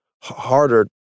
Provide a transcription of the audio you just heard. harder